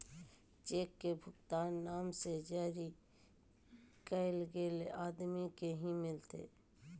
cheque के भुगतान नाम से जरी कैल गेल आदमी के ही मिलते